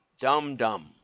dum-dum